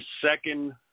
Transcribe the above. second